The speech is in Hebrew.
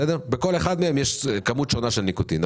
בכל אחת מהן יש כמות שונה של ניקוטין.